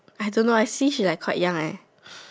I don't know I see she like quite young eh